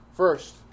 First